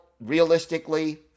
realistically